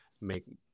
make